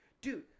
Dude